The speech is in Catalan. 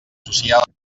socials